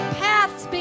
paths